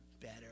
better